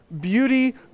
beauty